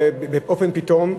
באופן, פתאום,